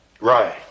Right